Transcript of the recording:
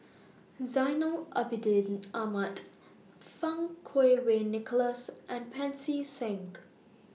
Zainal Abidin Ahmad Fang Kuo Wei Nicholas and Pancy Seng